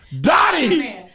Dottie